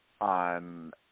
on